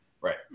Right